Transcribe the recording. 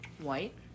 white